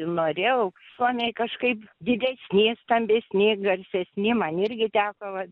norėjau suomiai kažkaip didesni stambesni garsesni man irgi teko va